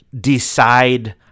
decide